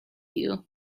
you